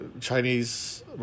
Chinese